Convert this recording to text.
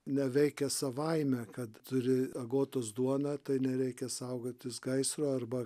neveikia savaime kad turi agotos duoną tai nereikia saugotis gaisro arba